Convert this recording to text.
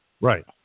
Right